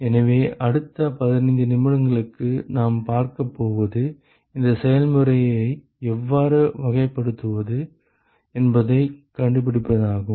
எனவே அடுத்த 15 நிமிடங்களுக்கு நாம் பார்க்கப் போவது இந்த செயல்முறையை எவ்வாறு வகைப்படுத்துவது என்பதைக் கண்டுபிடிப்பதாகும்